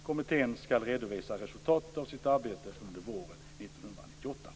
Kommittén skall redovisa resultatet av sitt arbete under våren 1998.